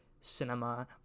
cinema